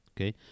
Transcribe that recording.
Okay